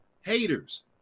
haters